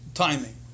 Timing